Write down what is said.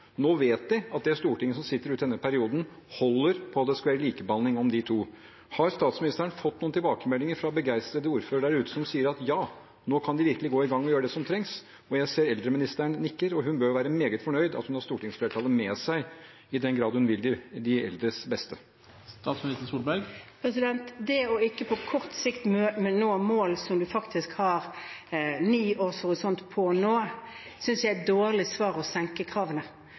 Nå vet de at det Stortinget som sitter ut denne perioden, holder på at det skal være likebehandling av de to. Har statsministeren fått noen tilbakemeldinger fra begeistrede ordførere der ute som sier at ja, nå kan vi virkelig gå i gang med å gjøre det som trengs? Jeg ser at eldreministeren nikker, og hun bør jo være meget fornøyd med at hun har stortingsflertallet med seg, i den grad hun vil de eldres beste. Når det gjelder det å ikke på kort sikt nå mål som en faktisk har ni års horisont på å nå, synes jeg det er et dårlig svar å senke kravene,